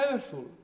powerful